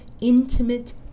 intimate